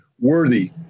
Worthy